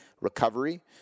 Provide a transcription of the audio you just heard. recovery